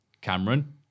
Cameron